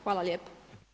Hvala lijepo.